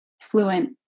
fluent